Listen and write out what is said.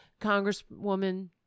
Congresswoman